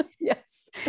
Yes